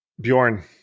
Bjorn